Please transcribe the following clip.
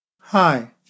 Hi